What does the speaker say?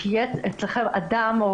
שיהיה אצלכם אדם,